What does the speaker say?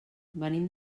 venim